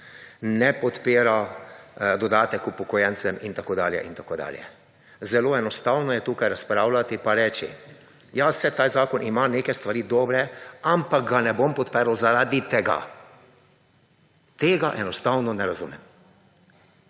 ne podpira dodatek upokojencem in tako dalje in tako dalje. Zelo enostavno je tukaj razpravljati in reči, ja, saj ta zakon ima neke stvari dobre, ampak ga ne bom podprl zaradi tega. Tega enostavno ne razumem.